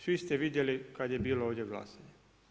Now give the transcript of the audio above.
Svi ste vidjeli kad je bilo ovdje glasanje.